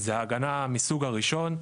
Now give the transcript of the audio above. זו ההגנה מהסוג הראשון,